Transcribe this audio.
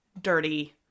dirty